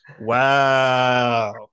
wow